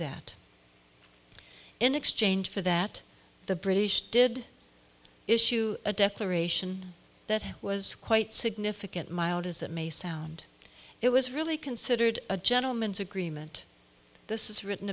that in exchange for that the british did issue a declaration that was quite significant mild as it may sound it was really considered a gentlemen's agreement this is written